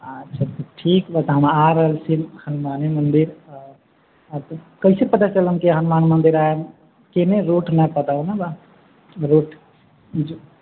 अच्छा ठीक बा तऽ हम आ रहल छी हनुमाने मन्दिर कैसे पता चलत कि हम हनुमान मन्दिर आयब कनि रूट मैप बताउ ने हमरा रूट